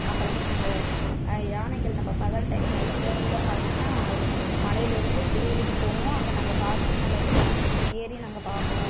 அப்புறமே நாங்கள் யானைகள் நம்ம பகல் டைம் நைட்டில் நேரம் பார்க்காம அதில் மலையில இருந்து தேயிலைக்கு போவும் அங்கே நாங்கள் பாத்ரூம் மேலே இருந்து ஏறி நாங்கள் பார்ப்போம்